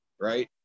right